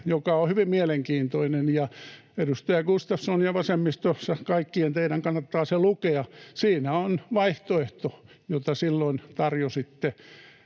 joka on hyvin mielenkiintoinen — edustaja Gustafssonin ja vasemmistossa teidän kaikkien kannattaa se lukea. Siinä on vaihtoehto, jota silloin tarjositte